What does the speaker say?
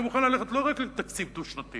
אני מוכן ללכת לא רק לתקציב דו-שנתי,